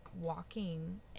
walking